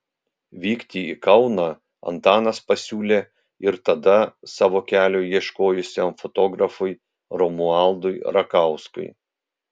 vykti į kauną antanas pasiūlė ir tada savo kelio ieškojusiam fotografui romualdui rakauskui